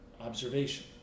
observation